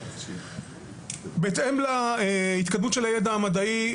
בהתאם להתקדמות הידע המדעי,